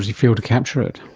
ah you fail to capture it.